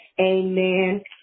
amen